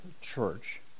church